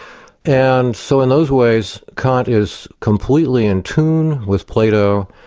and so in those ways kant is completely in tune with plato,